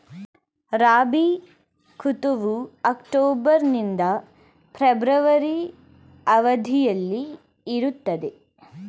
ರಾಬಿ ಋತುವು ಅಕ್ಟೋಬರ್ ನಿಂದ ಫೆಬ್ರವರಿ ಅವಧಿಯಲ್ಲಿ ಇರುತ್ತದೆ